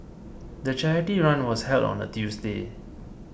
the charity run was held on a Tuesday